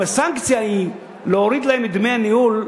אם הסנקציה היא להוריד להם את דמי הניהול,